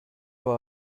war